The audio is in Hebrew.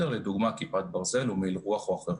לדוגמה כיפת ברזל, מעיל רוח או אחרים,